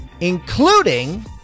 including